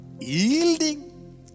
yielding